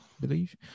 believe